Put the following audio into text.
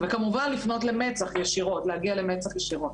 וכמובן לפנות למצ"ח ישירות, להגיע למצ"ח ישירות.